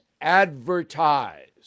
advertise